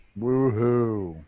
Woohoo